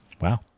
Wow